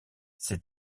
ses